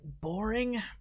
Boring